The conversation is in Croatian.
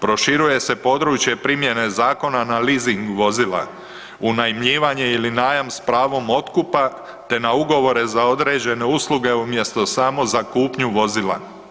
Proširuje se područje primjene zakona na leasing vozila, unajmljivanje ili najam s pravom otkupa te na ugovore za određene usluge umjesto samo za kupnju vozila.